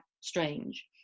strange